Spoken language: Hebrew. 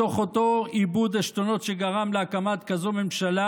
מתוך אותו איבוד עשתונות שגרם להקמת כזאת ממשלה,